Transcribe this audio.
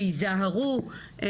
שיזהרו,